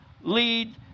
lead